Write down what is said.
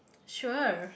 sure